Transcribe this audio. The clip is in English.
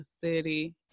city